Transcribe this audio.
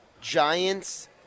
Giants